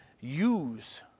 use